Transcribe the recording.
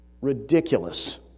ridiculous